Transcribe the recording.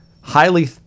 highly